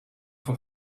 for